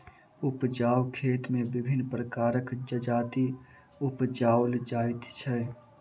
उपजाउ खेत मे विभिन्न प्रकारक जजाति उपजाओल जाइत छै